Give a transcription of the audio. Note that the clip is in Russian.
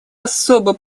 особо